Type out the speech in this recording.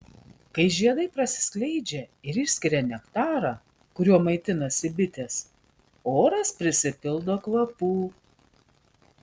kai žiedai prasiskleidžia ir išskiria nektarą kuriuo maitinasi bitės oras prisipildo kvapų